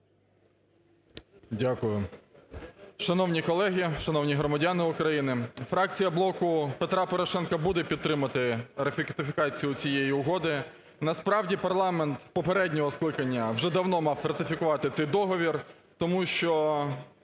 Дякую. Шановні колеги, шановні громадяни України! Фракція "Блоку Петра Порошенка" буде підтримувати ратифікацію цієї угоди. Насправді, парламент попереднього скликання вже давно мав ратифікувати цей договір, тому що